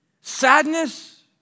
sadness